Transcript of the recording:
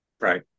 right